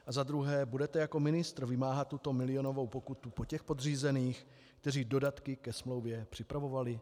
A za druhé budete jako ministr vymáhat tuto milionovou pokutu po těch podřízených, kteří dodatky ke smlouvě připravovali?